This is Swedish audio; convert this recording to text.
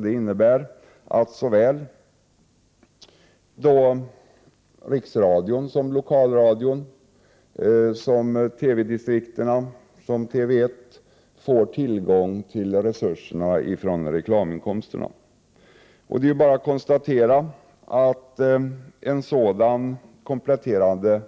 Det innebär att såväl riksradion och lokalradion som TV-distrikten och TV1 får tillgång till de resurser som skapas i och med reklaminkomsterna. Det är bara att konstatera att en sådan kompletterande